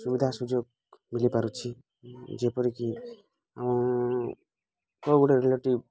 ସୁବିଧା ସୁଯୋଗ ମିଲିପାରୁଛି ଯେପରିକି ଆମ କେଉଁ ଗୋଟେ ରିଲେଟିଭ୍